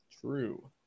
True